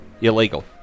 Illegal